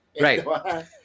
Right